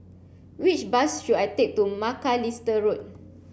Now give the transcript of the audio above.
which bus should I take to Macalister Road